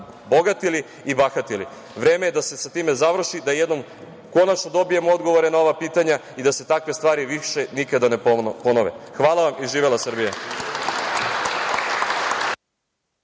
bogatili i bahatili. Vreme je da se sa time završi, da jednom konačno dobijemo odgovore na ova pitanja i da se takve stvari više nikada ne ponove. Hvala vam. Živela Srbija!